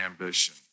ambition